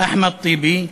אחמד טיבי,